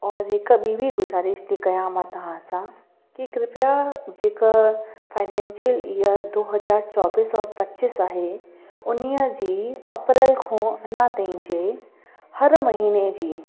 औरि हिक ॿी बि गुजारिश थी कयां मां तव्हां सां की कृप्या जेका फाइनैंशियल ईयर दो हज़ार चौबीस और पचीस आहे उनिअ जी अप्रैल खां अञा ताईं जे हर महीने जी